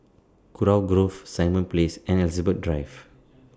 Kurau Grove Simon Place and Elizabeth Drive